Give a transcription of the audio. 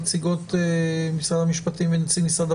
נמצאים איתנו כאן ממשרד המשפטים,